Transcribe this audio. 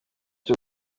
cyo